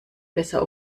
besser